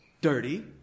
dirty